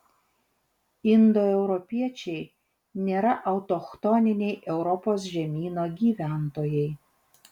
indoeuropiečiai nėra autochtoniniai europos žemyno gyventojai